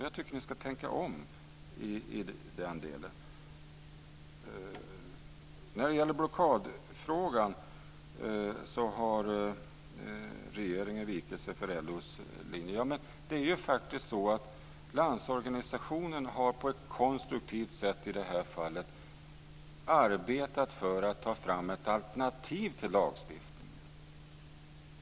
Jag tycker att ni ska tänka om i den delen. När det gäller blockadfrågan har regeringen vikit sig för LO:s linje, sägs det här. Ja, men det är faktiskt så att Landsorganisationen i det här fallet på ett konstruktivt sätt har arbetat för att ta fram ett alternativ till lagstiftningen.